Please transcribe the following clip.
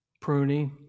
pruning